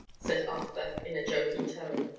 said arthur, in a joking tone.